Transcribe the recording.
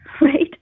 right